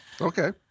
Okay